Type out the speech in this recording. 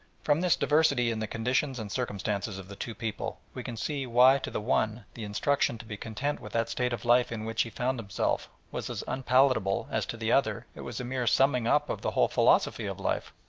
from this diversity in the conditions and circumstances of the two people, we can see why to the one the instruction to be content with that state of life in which he found himself was as unpalatable as to the other, it was a mere summing-up of the whole philosophy of life.